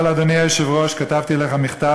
אבל, אדוני היושב-ראש, כתבתי לך מכתב.